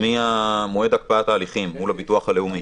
ממועד הקפאת ההליכים מול הביטוח הלאומי.